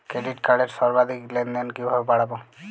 Credit কার্ডের সর্বাধিক লেনদেন কিভাবে বাড়াবো?